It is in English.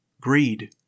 Greed